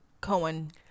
Cohen